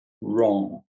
wrong